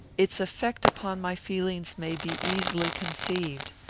its effect upon my feelings may be easily conceived.